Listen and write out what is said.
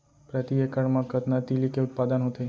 प्रति एकड़ मा कतना तिलि के उत्पादन होथे?